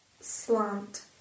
slant